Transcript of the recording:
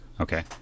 Okay